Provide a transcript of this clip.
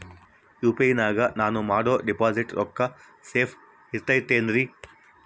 UPI ನಾಗ ನಾನು ಮಾಡೋ ಡಿಪಾಸಿಟ್ ರೊಕ್ಕ ಸೇಫ್ ಇರುತೈತೇನ್ರಿ?